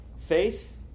Faith